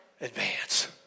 Advance